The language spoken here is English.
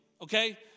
okay